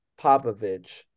Popovich